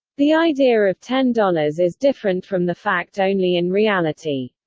the idea of ten dollars is different from the fact only in reality.